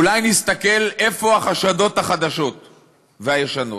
אולי נסתכל איפה החשדות החדשים והישנים?